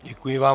Děkuji vám.